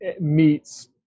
meets